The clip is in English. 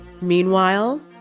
Meanwhile